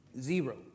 zero